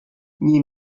nie